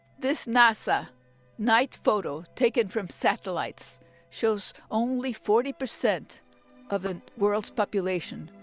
this nasa night photo taken from satellites shows only forty percent of the world's population,